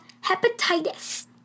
hepatitis